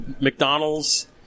McDonald's